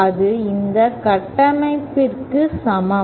அது இந்த கட்டமைப்பிற்கு சமம்